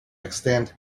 extant